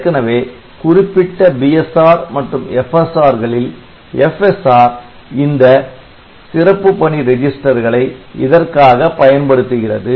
ஏற்கனவே குறிப்பிட்ட BSR மற்றும் FSR களில் FSR இந்த சிறப்பு பணி ரெஜிஸ்டர்களை இதற்காக பயன்படுத்துகிறது